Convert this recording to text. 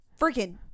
freaking